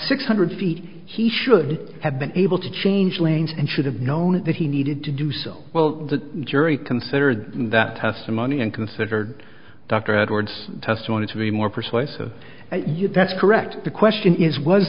six hundred feet he should have been able to change lanes and should have known that he needed to do so well the jury considered in that house for money and considered dr edwards testimony to be more persuasive you that's correct the question is was